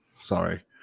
Sorry